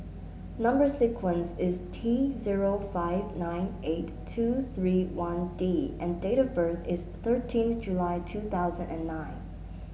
number sequence is T zero five nine eight two three one D and date of birth is thirteen July two thousand and nine